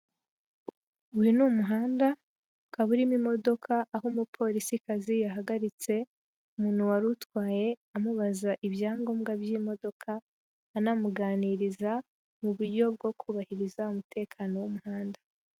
Uyu ni umuhanda, ukaba urimo imodoka aho umupolisikazi yahagaritse umuntu wari utwaye amubaza ibyangombwa by'imodoka, anamuganiriza mu buryo bwo kubahiriza umutekano w'umuhanda.